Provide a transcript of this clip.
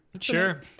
Sure